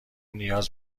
نیاز